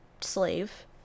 slave